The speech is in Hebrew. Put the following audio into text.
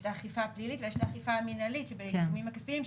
יש את האכיפה הפלילית ויש את האכיפה המנהלית והעיצומים הכספיים,